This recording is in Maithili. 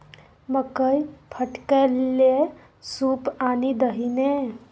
मकई फटकै लए सूप आनि दही ने